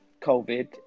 COVID